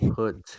put